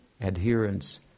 adherence